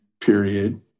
period